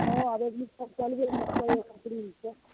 हॅं आब एडमिशन चलबे करतै एक अप्रिलसँ